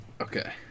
Okay